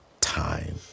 time